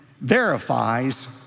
verifies